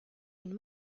une